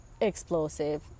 explosive